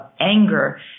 anger